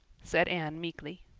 said anne meekly.